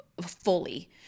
fully